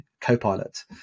copilot